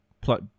Plot